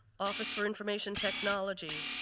office for information technology.